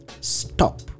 Stop